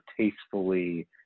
tastefully